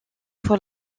pour